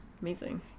Amazing